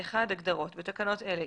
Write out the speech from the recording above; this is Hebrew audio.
הגדרות בתקנות אלה,